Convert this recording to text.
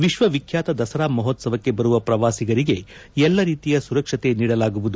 ವಿಶ್ವ ವಿಖ್ಯಾತ ದಸರಾ ಮಹೋತ್ತವಕ್ಕೆ ಬರುವ ಪ್ರವಾಸಿಗರಿಗೆ ಎಲ್ಲ ರೀತಿಯ ಸುರಕ್ಷತೆ ನೀಡಲಾಗುವುದು